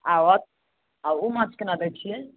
आ आओर आ ओ माछ केना दै छियै